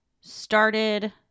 started